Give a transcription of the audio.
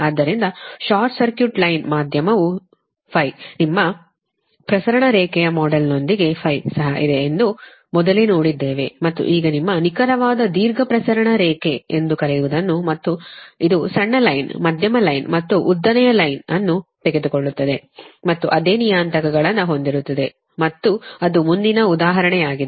ಆದ್ದರಿಂದ short circuit line ಮಾಧ್ಯಮವು ನಿಮ್ಮ ಪ್ರಸರಣ ರೇಖೆಯ ಮಾಡೆಲ್ನೊಂದಿಗೆ ಸಹ ಇದೆ ಎಂದು ಮೊದಲೇ ನೋಡಿದ್ದೇವೆ ಮತ್ತು ಈಗ ನಿಮ್ಮ ನಿಖರವಾದ ದೀರ್ಘ ಪ್ರಸರಣ ರೇಖೆ ಎಂದು ಕರೆಯುವದನ್ನು ಮತ್ತು ನಂತರ ಇದು ಸಣ್ಣ ಲೈನ್ ಮಧ್ಯಮ ಲೈನ್ ಮತ್ತು ಉದ್ದನೆಯ ಲೈನ್ ಅನ್ನು ತೆಗೆದುಕೊಳ್ಳುತ್ತದೆ ಮತ್ತು ಅದೇ ನಿಯತಾಂಕಗಳನ್ನು ಹೊಂದಿರುತ್ತದೆ ಮತ್ತು ಅದು ಮುಂದಿನ ಉದಾಹರಣೆಯಾಗಿದೆ